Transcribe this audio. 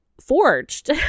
forged